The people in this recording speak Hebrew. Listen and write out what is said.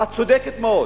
הצודקת מאוד,